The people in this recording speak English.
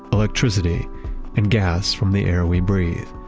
electricity and gas from the air we breathe.